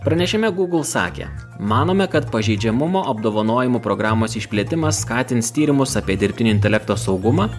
pranešime google sakė manome kad pažeidžiamumo apdovanojimų programos išplėtimas skatins tyrimus apie dirbtinio intelekto saugumą